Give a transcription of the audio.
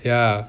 ya